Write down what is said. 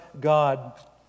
God